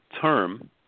term